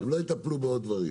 לא הבנתי.